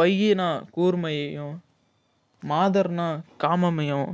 வையின்னா கூர்மையையும் மாதர்னா காமமையும்